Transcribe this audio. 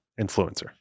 influencer